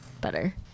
better